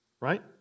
right